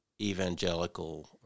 evangelical